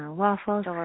waffles